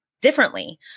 differently